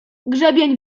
grzebień